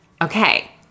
Okay